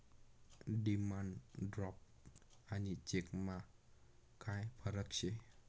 demand draft आणि चेकमा काय फरक शे